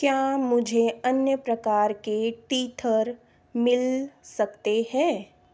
क्या मुझे अन्य प्रकार के टीथर मिल सकते हैं